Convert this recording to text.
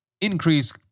increase